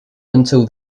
until